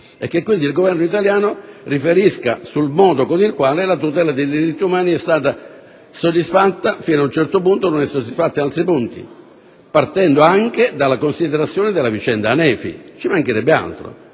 e che quindi il Governo italiano debba riferire sul modo in cui la tutela dei diritti umani è stata soddisfatta fino ad un certo punto e non è soddisfatta in altri punti, partendo anche dalla considerazione della vicenda Hanefi. Ci mancherebbe altro.